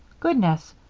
goodness!